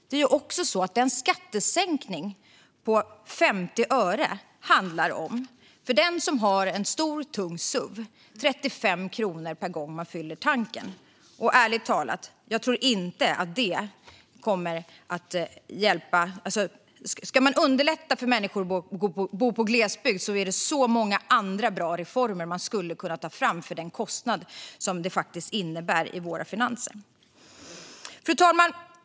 Det är också så att den skattesänkning på 50 öre, som det handlar om, ger en sänkning på 35 kronor per gång man fyller tanken för den som har en stor, tung suv. Ärligt talat finns det så många andra bra reformer för att underlätta för folk som bor i glesbygd som man skulle kunna ta fram för den kostnad som detta faktiskt innebär i våra finanser. Fru talman!